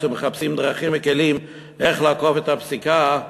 ומחפשים דרכים וכלים איך לעקוף את הפסיקה,